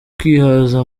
kwihaza